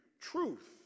truth